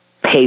pay